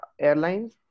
airlines